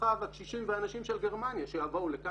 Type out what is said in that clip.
המשפחה והקשישים והנשים של גרמניה שיבואו לכאן